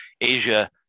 Asia